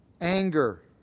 Anger